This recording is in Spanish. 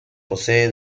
posee